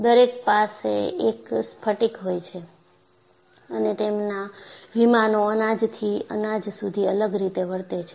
દરેક પાસે એક સ્ફટિક હોય છે અને તેમના વિમાનો અનાજથી અનાજ સુધી અલગ રીતે વર્તે છે